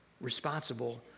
responsible